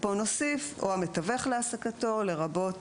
פה נוסיף: "או המתווך להעסקתו, לרבות